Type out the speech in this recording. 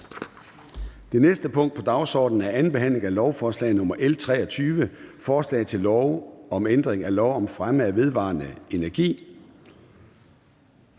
Det næste punkt på dagsordenen er: 12) 2. behandling af lovforslag nr. L 23: Forslag til lov om ændring af lov om fremme af vedvarende energi.